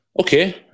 okay